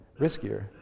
riskier